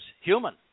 human